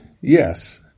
Yes